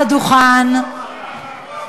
הרע,